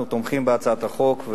אנחנו תומכים בהצעת החוק,